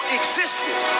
existed